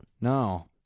No